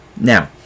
Now